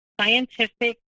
scientific